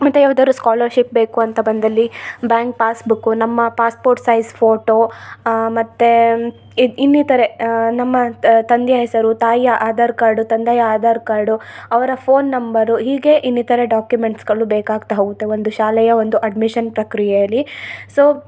ಮತ್ತು ಯಾವ್ದಾರು ಸ್ಕೊಲರ್ಶಿಪ್ ಬೇಕು ಅಂತ ಬಂದಲ್ಲಿ ಬ್ಯಾಂಕ್ ಪಾಸ್ಬುಕ್ಕು ನಮ್ಮ ಪಾಸ್ಪೋರ್ಟ್ ಸೈಜ಼್ ಫೋಟೊ ಮತ್ತು ಇನ್ನು ಇನ್ನಿತರೆ ನಮ್ಮ ತಂದೆಯ ಹೆಸರು ತಾಯಿಯ ಆಧಾರ್ಕಾರ್ಡು ತಂದೆಯ ಆಧಾರ್ಕಾರ್ಡು ಅವರ ಫೋನ್ ನಂಬರು ಹೀಗೆ ಇನ್ನಿತರ ಡಾಕ್ಯುಮೆಂಟ್ಸ್ಗಳು ಬೇಕಾಗ್ತಾ ಹೋಗುತ್ತೆ ಒಂದು ಶಾಲೆಯ ಒಂದು ಅಡ್ಮಿಷನ್ ಪ್ರಕ್ರಿಯೆಯಲ್ಲಿ ಸೊ